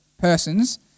persons